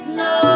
no